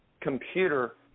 computer